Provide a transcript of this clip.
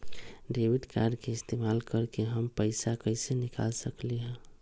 Debit card के इस्तेमाल करके हम पैईसा कईसे निकाल सकलि ह?